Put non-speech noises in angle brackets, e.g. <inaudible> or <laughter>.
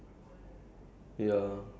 <laughs>